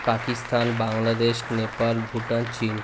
পাকিস্তান বাংলাদেশ নেপাল ভুটান চিন